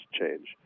change